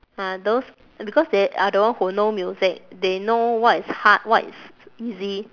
ah those because they are the one who know music they know what is hard what is easy